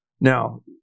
Now